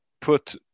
put